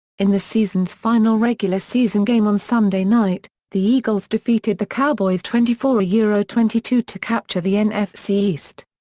in the season's final regular season game on sunday night, the eagles defeated the cowboys twenty four yeah twenty two to capture the nfc east.